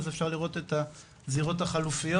אז אפשר לראות את הזירות החלופיות,